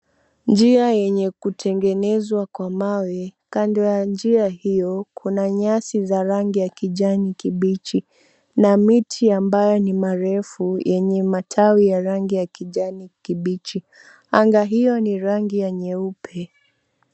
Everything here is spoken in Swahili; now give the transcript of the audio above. Njia yenye kutengenezwa kwa mawe, kando ya njia hiyo kuna nyasi za rangi ya kijani kibichi na miti ambayo ni marefu yenye matawi ya rangi ya kijani kibichi. Anga hiyo ni rangi ya nyeupe.